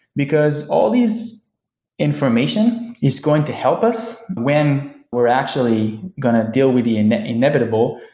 because all these information is going to help us when we're actually going to deal with the and inevitable.